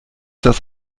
das